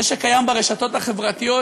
זה שקיים ברשתות החברתיות,